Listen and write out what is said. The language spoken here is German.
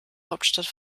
hauptstadt